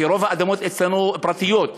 כי רוב האדמות אצלנו פרטיות,